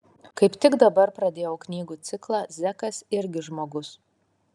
kaip tik dabar pradėjau knygų ciklą zekas irgi žmogus